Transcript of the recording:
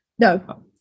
No